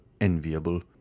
enviable